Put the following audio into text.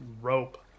rope